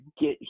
get